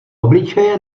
obličeje